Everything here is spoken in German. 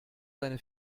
seine